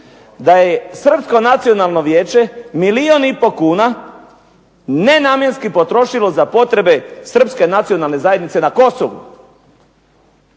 da je Srpsko nacionalno vijeće milijun i pol kuna nenamjenski potrošilo za potrebe Srpske nacionalne zajednice na Kosovu.